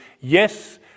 yes